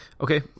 okay